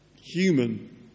human